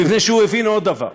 מפני שהוא הבין עוד דבר,